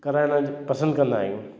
कराइणु पसंदि कंदा आहियूं